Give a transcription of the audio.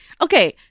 Okay